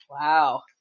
Wow